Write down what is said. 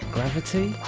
Gravity